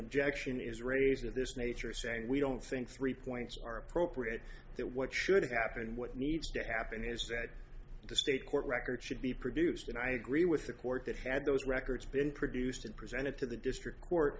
objection is raising of this nature saying we don't think three points are appropriate that what should happen and what needs to happen is that the state court record should be produced and i agree with the court that had those records been produced and presented to the district court